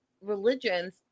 religions